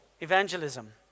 evangelism